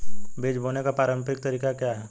बीज बोने का पारंपरिक तरीका क्या है?